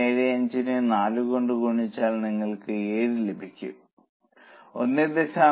75 നെ 4 കൊണ്ട് ഗുണിച്ചാൽ നിങ്ങൾക്ക് 7 ലഭിക്കും 1